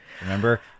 Remember